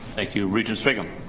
thank you. regent sviggum.